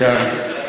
כספים.